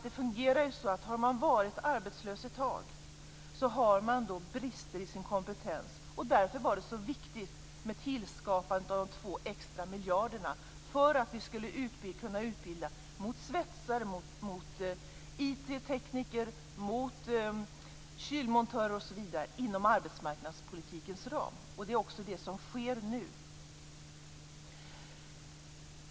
Det fungerar ju så att om man har varit arbetslös ett tag har man brister i sin kompetens, och därför var det så viktigt med tillskapandet av de 2 extra miljarderna för att vi skulle kunna utbilda svetsare, IT-tekniker, kylmontörer osv. inom arbetsmarknadspolitikens ram. Det är också det som nu sker.